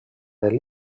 del